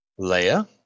Leia